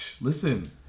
Listen